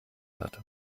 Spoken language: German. hat